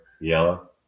Yellow